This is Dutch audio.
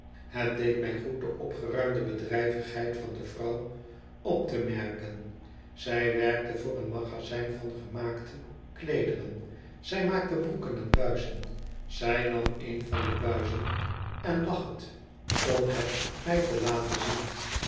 het deed m goed de opgeruimde bedrijvigheid van de vrouw op te merken zij werkte voor een magazijn van gemaakte kleederen zij maakte broeken en buizen zij nam een van de buizen en lag het om het mij te laten zien